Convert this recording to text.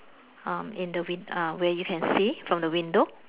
uh in the wind uh where you can see from the window